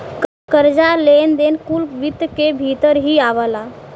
कर्जा, लेन देन कुल वित्त क भीतर ही आवला